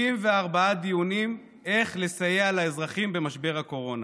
74 דיונים איך לסייע לאזרחים במשבר הקורונה.